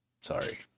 Sorry